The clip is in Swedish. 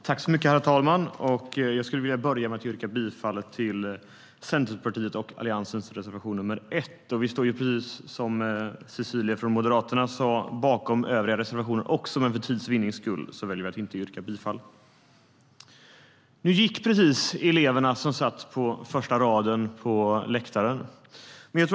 Herr talman! Jag yrkar bifall till Centerpartiets och Alliansens reservation nr 1. Precis som Moderaternas Cecilie Tenfjord-Toftby står vi bakom övriga reservationer också, men för tids vinnande väljer vi att inte yrka bifall till dem.De elever som satt på första raden på läktaren gick precis.